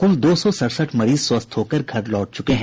कुल दो सौ सड़सठ मरीज स्वस्थ हो घर लौट चुके हैं